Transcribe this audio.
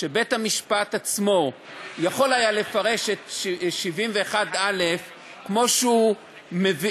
שבית-המשפט עצמו יכול היה לפרש את 71א כמו שהוא